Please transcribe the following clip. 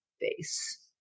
face